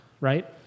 right